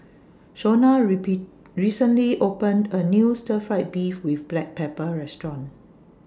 Shonna repeat recently opened A New Stir Fried Beef with Black Pepper Restaurant